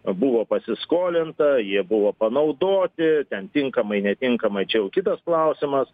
buvo pasiskolinta jie buvo panaudoti ten tinkamai netinkamai čia jau kitas klausimas